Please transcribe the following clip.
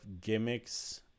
gimmicks